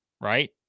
right